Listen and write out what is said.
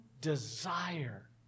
desire